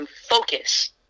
focus